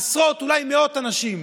עשרות, אולי מאות אנשים,